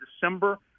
December